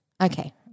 Okay